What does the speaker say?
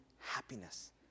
happiness